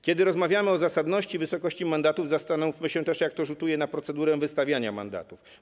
Kiedy rozmawiamy o zasadności wysokości mandatów, zastanówmy się też, jak to rzutuje na procedurę wystawiania mandatów.